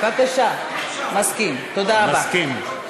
אני מסכים, מסכים,